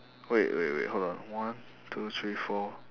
wait wait wait hold on one two three four